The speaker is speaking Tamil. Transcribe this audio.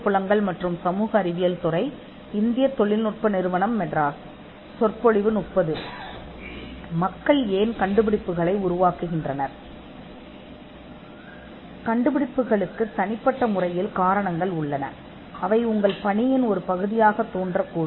உங்கள் வேலையின் ஒரு பகுதியாக கண்டுபிடிப்புகள் தோன்றக்கூடும்